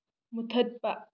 ꯃꯨꯊꯠꯄ